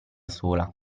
sola